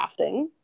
crafting